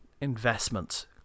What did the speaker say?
investment